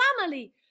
family